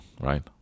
right